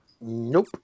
Nope